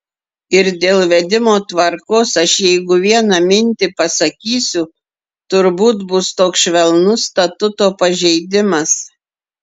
ir dėl vedimo tvarkos aš jeigu vieną mintį pasakysiu turbūt bus toks švelnus statuto pažeidimas